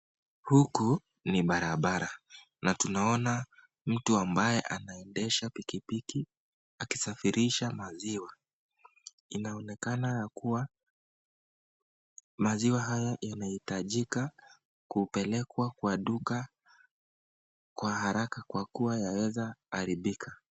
Huku ni barabara, na tunaona mtu amabye anaendesha pikipiki akisafirisha maziwa inaonekana kuwa maziwa haya inahitajika kupelekwa kwa duka kwa haraka kwa kuwa yaweza haribika.